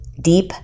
deep